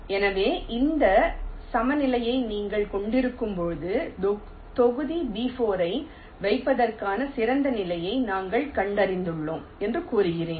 எனவே இந்த சமநிலையை நீங்கள் கொண்டிருக்கும்போது தொகுதி B4 ஐ வைப்பதற்கான சிறந்த நிலையை நாங்கள் கண்டறிந்துள்ளோம் என்று கூறுகிறோம்